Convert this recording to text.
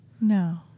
No